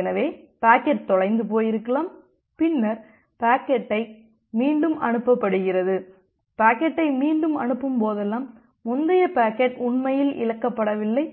எனவே பாக்கெட் தொலைந்து போயிருக்கலாம் பின்னர் பாக்கெட்டை மீண்டும் அனுப்படுகிறது பாக்கெட்டை மீண்டும் அனுப்பும் போதெல்லாம் முந்தைய பாக்கெட் உண்மையில் இழக்கப்படவில்லை